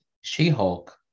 She-Hulk